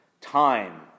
time